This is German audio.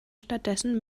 stattdessen